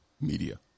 Media